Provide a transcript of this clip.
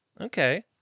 Okay